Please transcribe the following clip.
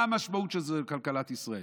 מה המשמעות של זה לכלכלת ישראל.